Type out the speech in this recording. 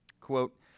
Quote